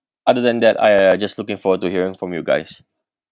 other than that I I just looking forward to hearing from you guys